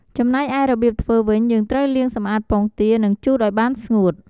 ចំណែកឯរបៀបធ្វើវិញ យើងត្រូវលាងសម្អាតពងទា និងជូតឱ្យបានស្ងួត ។